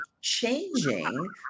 changing